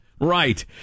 Right